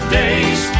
days